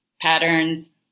patterns